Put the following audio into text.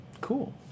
Cool